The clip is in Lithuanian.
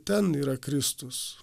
ten yra kristus